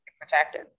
protected